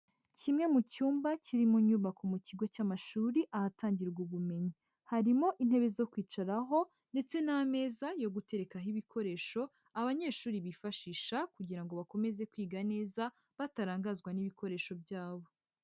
Kimwe mu cyumba kiri mu nyubako mu kigo cy'amashuri ahatangirwa ubumenyi. Harimo intebe zo kwicaraho ndetse n'ameza yo guterekaho ibikoresho, abanyeshuri bifashisha kugira ngo bakomeze kwiga neza batarangazwa n'ibikoresho byabo.